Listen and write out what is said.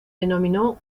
denominó